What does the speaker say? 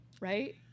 right